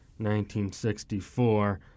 1964